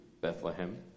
Bethlehem